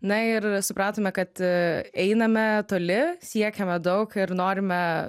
na ir supratome kad einame toli siekiame daug ir norime